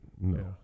No